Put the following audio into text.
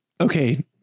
Okay